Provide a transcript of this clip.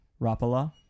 Rapala